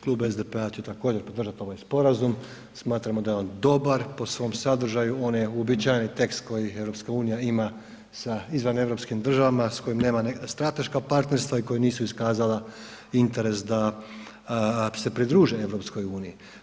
Klub SDP-a će također podržati ovaj sporazum, smatramo da je on dobar po svom sadržaju, onaj uobičajeni tekst koji EU ima sa izvaneuropskim državama s kojima nema strateška partnerstva i koja nisu iskazala interes da se pridruže EU.